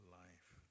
life